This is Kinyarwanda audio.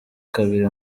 kabiri